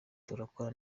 turakora